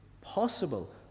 possible